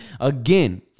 Again